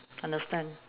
understand